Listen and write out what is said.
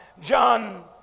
John